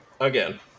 Again